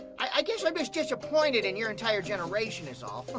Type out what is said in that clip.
i guess i'm just disappointed in your entire generation is all.